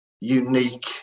unique